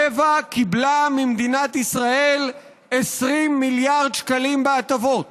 טבע קיבלה ממדינת ישראל 20 מיליארד שקלים בהטבות,